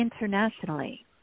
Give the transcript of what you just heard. internationally